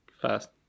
fast